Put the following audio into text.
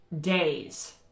days